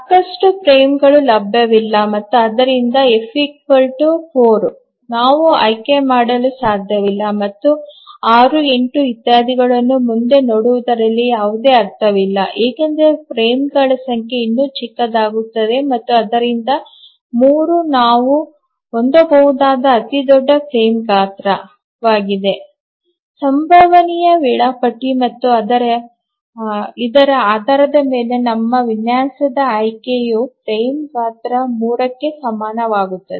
ಸಾಕಷ್ಟು ಫ್ರೇಮ್ಗಳು ಲಭ್ಯವಿಲ್ಲ ಮತ್ತು ಆದ್ದರಿಂದ ಎಫ್ 4 ನಾವು ಆಯ್ಕೆ ಮಾಡಲು ಸಾಧ್ಯವಿಲ್ಲ ಮತ್ತು 6 8 ಇತ್ಯಾದಿಗಳನ್ನು ಮುಂದೆ ನೋಡುವುದರಲ್ಲಿ ಯಾವುದೇ ಅರ್ಥವಿಲ್ಲ ಏಕೆಂದರೆ ಫ್ರೇಮ್ಗಳ ಸಂಖ್ಯೆ ಇನ್ನೂ ಚಿಕ್ಕದಾಗುತ್ತದೆ ಮತ್ತು ಆದ್ದರಿಂದ 3 ನಾವು ಹೊಂದಬಹುದಾದ ಅತಿದೊಡ್ಡ ಫ್ರೇಮ್ ಗಾತ್ರವಾಗಿದೆ ಸಂಭವನೀಯ ವೇಳಾಪಟ್ಟಿ ಮತ್ತು ಇದರ ಆಧಾರದ ಮೇಲೆ ನಮ್ಮ ವಿನ್ಯಾಸದ ಆಯ್ಕೆಯು ಫ್ರೇಮ್ ಗಾತ್ರ 3 ಕ್ಕೆ ಸಮಾನವಾಗಿರುತ್ತದೆ